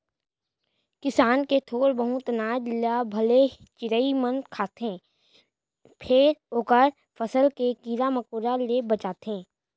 किसान के थोर बहुत अनाज ल भले चिरई मन खाथे फेर ओखर फसल के कीरा मकोरा ले बचाथे